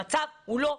המצב הוא לא טוב.